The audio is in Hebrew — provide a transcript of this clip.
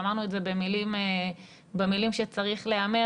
ואמרנו את זה במילים שצריך להיאמר,